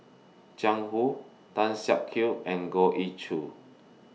Jiang Hu Tan Siak Kew and Goh Ee Choo